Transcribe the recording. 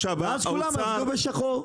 ואז כולם עובדים בשחור.